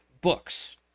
books